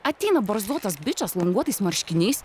ateina barzdotas bičas languotais marškiniais